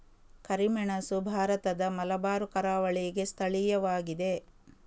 ಕರಿಮೆಣಸು ಭಾರತದ ಮಲಬಾರ್ ಕರಾವಳಿಗೆ ಸ್ಥಳೀಯವಾಗಿದೆ